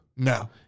No